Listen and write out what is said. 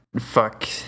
fuck